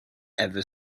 ever